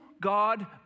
God